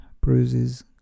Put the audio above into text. bruises